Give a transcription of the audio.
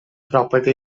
property